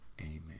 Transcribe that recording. Amen